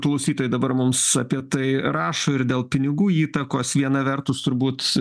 klausytojai dabar mums apie tai rašo ir dėl pinigų įtakos viena vertus turbūt